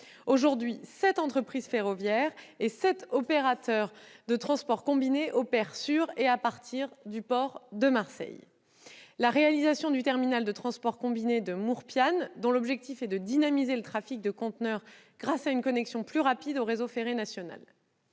Aujourd'hui, sept entreprises ferroviaires et sept opérateurs de transport combiné opèrent sur et à partir du port de Marseille Fos. Je mentionne également la réalisation du terminal de transport combiné de Mourepiane, dont l'objectif est de dynamiser le trafic de conteneurs grâce à une connexion plus rapide au réseau ferré national.